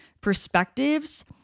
perspectives